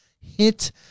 HIT